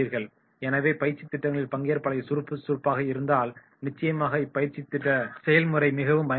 எனவே பயிற்சி நடவடிக்கைகளில் பங்கேற்பாளர்கள் சுறுசுறுப்பாக இருந்தால் நிச்சயமாக அப்பயிற்சி செயல்முறை மிகவும் பயனுள்ளதாக இருக்கும்